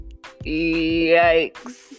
Yikes